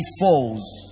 falls